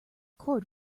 cord